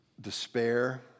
despair